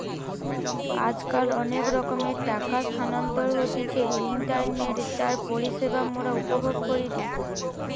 আজকাল অনেক রকমের টাকা স্থানান্তর হতিছে ইন্টারনেটে যার পরিষেবা মোরা উপভোগ করিটি